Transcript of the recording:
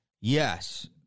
Yes